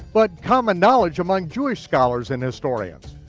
but common knowledge among jewish scholars and historians.